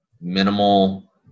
minimal